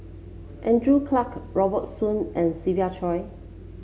Andrew Clarke Robert Soon and Siva Choy